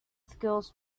skills